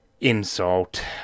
insult